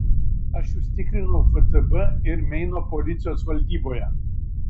aš jus tikrinau ftb ir meino policijos valdyboje